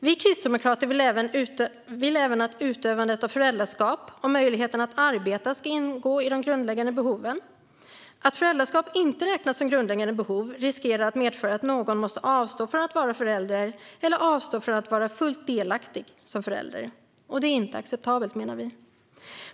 Vi kristdemokrater vill även att utövande av föräldraskap och möjligheten att arbeta ska ingå i de grundläggande behoven. Att föräldraskap inte räknas som grundläggande behov riskerar att medföra att någon måste avstå från att vara förälder eller avstå från att vara fullt delaktig som förälder. Detta är inte acceptabelt, menar vi.